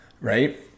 right